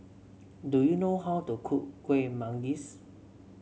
do you know how to cook Kueh Manggis